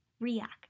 react